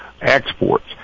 exports